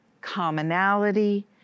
commonality